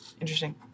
Interesting